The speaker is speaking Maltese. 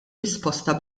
risposta